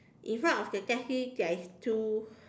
in front of the taxi there is two